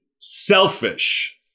selfish